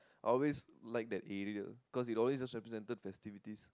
I always like that area cause it always just represented festivities